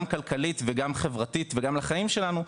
גם כלכלית וגם חברתית וגם לחיים שלנו,